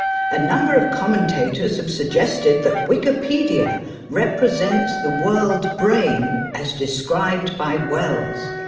a number of commentators have suggested that wikipedia represents the world brain as described by wells.